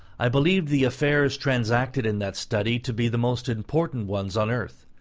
i believed the affairs transacted in that study to be the most important ones on earth.